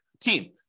Team